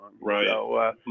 right